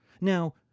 Now